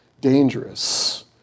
dangerous